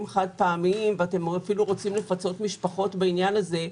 חד-פעמיים ואתם אפילו רוצים לפצות משפחות בעניין הזה.